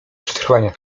przetrwania